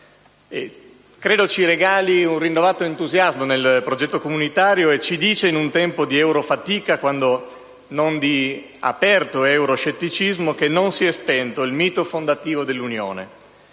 ciò ci regali un rinnovato entusiasmo nel progetto comunitario e ci dice, in un tempo di eurofatica quando non di aperto euroscetticismo, che non si è spento il mito fondativo dell'Unione,